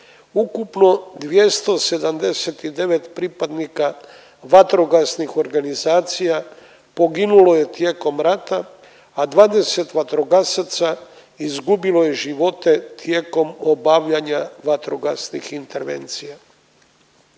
ukupno 279 pripadnika vatrogasnih organizacija poginulo je tijekom rata, a 20 vatrogasaca izgubilo je živote tijekom obnavljanja vatrogasnih intervencija.